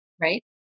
right